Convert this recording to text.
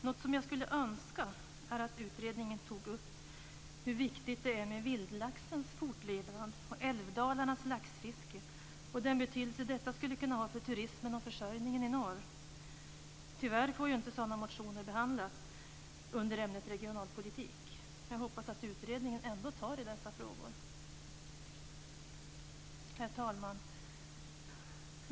Något som jag skulle önska är att utredningen tog upp hur viktigt det är med vildlaxens fortlevnad, älvdalarnas laxfiske och den betydelse som detta skulle kunna ha för turismen och försörjningen i norr. Tyvärr får inte sådana motioner behandlas under ämnet regionalpolitik, men jag hoppas att utredningen ändå tar tag i dessa frågor. Herr talman!